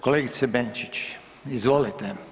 Kolegice Benčić, izvolite.